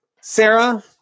Sarah